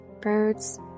birds